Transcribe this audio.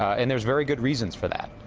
and there's very good reasons for that.